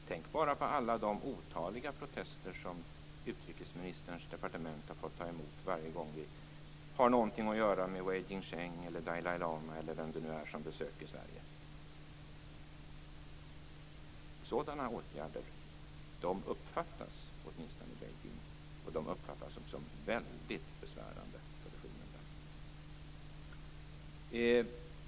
Tänk bara på alla de otaliga protester som utrikesministerns departement har fått ta emot varje gång vi har någonting att göra med Wei Jingsheng, Dalia Lama eller någon annan som besöker Sverige. Sådana åtgärder uppfattas åtminstone i Beijing, och de uppfattas som väldigt besvärande för regimen där.